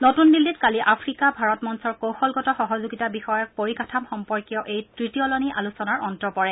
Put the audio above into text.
নতুন দিল্লীত কালি আফ্ৰিকা ভাৰত মঞ্চৰ কৌশলগত সহযোগিতা বিষয়ক পৰিকাঠামো সম্পৰ্কীয় এই তৃতীয়লানি আলোচনাৰ অন্ত পৰে